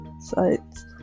sites